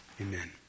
Amen